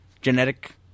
genetic